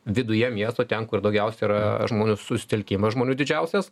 viduje miesto ten kur daugiausiai yra žmonių susitelkimas žmonių didžiausias